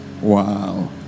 Wow